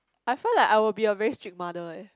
I find that I will be a very strict mother eh